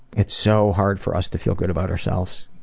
it's so hard for us to feel good about ourselves,